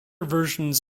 versions